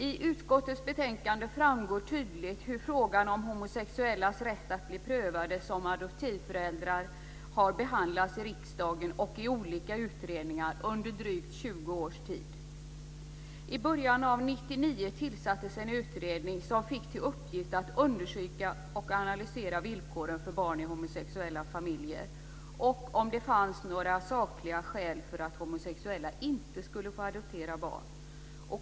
I utskottets betänkande framgår tydligt hur frågan om homosexuellas rätt att bli prövade som adoptivföräldrar har behandlats i riksdagen och i olika utredningar under drygt 20 års tid. I början av 1999 tillsattes en utredning som fick till uppgift att undersöka och analysera villkoren för barn i homosexuella familjer. Och om det fanns några sakliga skäl för homosexuella att inte få adoptera barn.